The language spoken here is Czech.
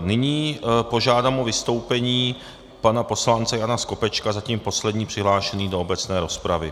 Nyní požádám o vystoupení pana poslance Jana Skopečka zatím poslední přihlášený do obecné rozpravy.